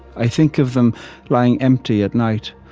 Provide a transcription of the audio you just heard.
i think of them lying empty at night,